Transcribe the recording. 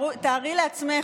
תארי לעצמך,